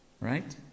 Right